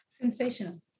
sensational